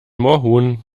moorhuhn